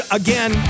again